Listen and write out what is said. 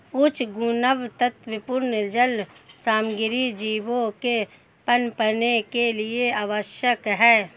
उच्च गुणवत्तापूर्ण जाल सामग्री जीवों के पनपने के लिए आवश्यक है